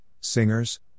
singers